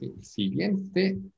Siguiente